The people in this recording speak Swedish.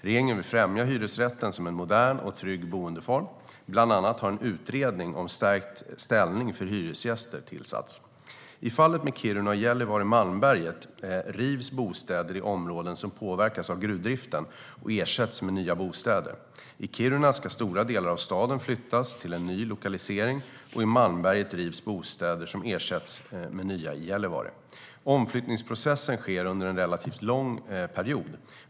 Regeringen vill främja hyresrätten som en modern och trygg boendeform. Bland annat har en utredning om stärkt ställning för hyresgäster tillsatts. I fallen med Kiruna och Gällivare/Malmberget rivs bostäder i områden som påverkas av gruvdriften och ersätts med nya bostäder. I Kiruna ska stora delar av staden flyttas till ny lokalisering, och i Malmberget rivs bostäder som ersätts med nya i Gällivare. Omflyttningsprocessen sker under en relativt lång period.